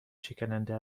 شکننده